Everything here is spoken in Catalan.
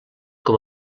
com